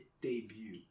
debut